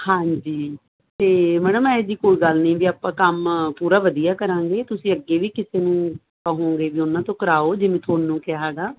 ਹਾਂਜੀ ਤੇ ਮੈਡਮ ਇਹੀ ਜੀ ਕੋਈ ਗੱਲ ਨਹੀਂ ਵੀ ਆਪਾਂ ਕੰਮ ਪੂਰਾ ਵਧੀਆ ਕਰਾਂਗੇ ਤੁਸੀਂ ਅੱਗੇ ਵੀ ਕਿਸੇ ਨੂੰ ਕਹੁੰਗੇ ਕਿ ਉਹਨਾਂ ਤੋਂ ਕਰਾਓ ਜਿਵੇਂ ਤੁਹਾਨੂੰ ਕਿਹਾ ਹੈਗਾ